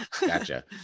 Gotcha